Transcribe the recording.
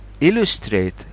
Illustrate